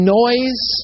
noise